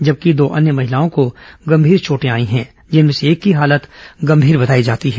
जबकि दो अन्य महिलाओं को गंभीर चोटें आई हैं जिनमें से एक की हालत गंभीर बताई गई है